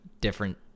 different